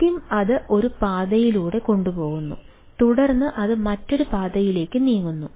ആദ്യം അത് ഒരു പാതയിലൂടെ കൊണ്ടുപോകുന്നു തുടർന്ന് അത് മറ്റൊരു പാതയിലേക്ക് നീങ്ങുന്നു